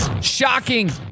Shocking